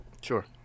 Sure